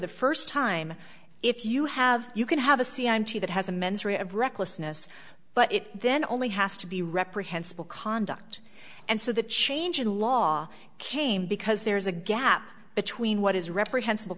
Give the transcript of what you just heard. the first time if you have you can have a c i m t that has a mens rea of recklessness but it then only has to be reprehensible conduct and so the change in law came because there is a gap between what is reprehensible